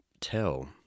tell